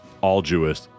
all-Jewish